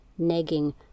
negging